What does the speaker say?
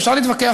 שאפשר להתווכח,